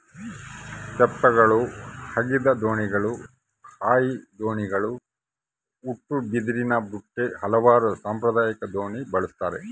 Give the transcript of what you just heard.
ತೆಪ್ಪಗಳು ಹಗೆದ ದೋಣಿಗಳು ಹಾಯಿ ದೋಣಿಗಳು ಉಟ್ಟುಬಿದಿರಿನಬುಟ್ಟಿ ಹಲವಾರು ಸಾಂಪ್ರದಾಯಿಕ ದೋಣಿ ಬಳಸ್ತಾರ